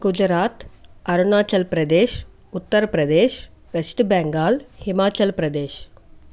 Gujarat Arunachal Pradesh Uttar Pradesh west Bengal Himachal Pradesh